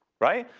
right?